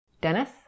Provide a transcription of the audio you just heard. Dennis